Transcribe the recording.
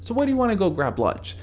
so where do you wanna go grab lunch?